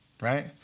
Right